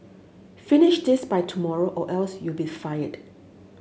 finish this by tomorrow or else you'll be fired